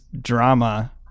drama